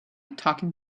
talking